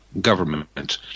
government